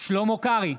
שלמה קרעי,